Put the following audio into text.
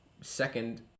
Second